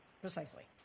Precisely